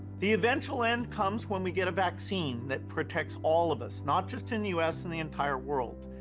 the eventual end comes when we get a vaccine that protects all of us, not just in the u s, in the entire world.